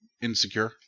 Insecure